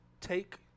take